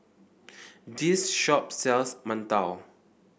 this shop sells mantou